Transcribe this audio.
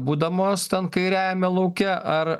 būdamos ten kairiąjame lauke ar